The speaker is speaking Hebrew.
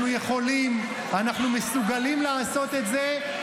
אנחנו יכולים, אנחנו מסוגלים לעשות את זה.